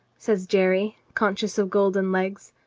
says jerry, conscious of golden legs,